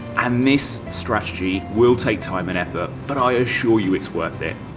and this strategy will take time and effort but i assure you it's worth it.